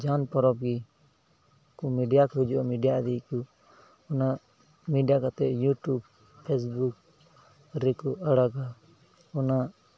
ᱡᱟᱦᱟᱱ ᱯᱚᱨᱚᱵᱽ ᱜᱮ ᱩᱱᱠᱩ ᱢᱤᱰᱤᱭᱟ ᱠᱚ ᱦᱤᱡᱩᱜ ᱟᱠᱚ ᱢᱤᱰᱤᱭᱟ ᱤᱫᱤᱭᱟᱠᱚ ᱚᱱᱟ ᱢᱤᱰᱤᱭᱟ ᱠᱟᱛᱮᱫ ᱤᱭᱩᱴᱩᱵᱽ ᱯᱷᱮᱥᱵᱩᱠ ᱨᱮᱠᱚ ᱟᱲᱟᱜᱟ ᱚᱱᱟ